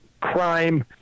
crime